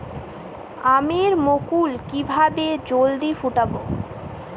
আমের মুকুল কিভাবে জলদি ফুটাব?